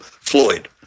Floyd